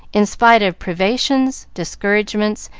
in spite of privations, discouragements,